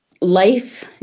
life